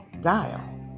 dial